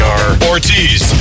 Ortiz